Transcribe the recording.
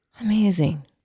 amazing